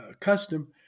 custom